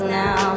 now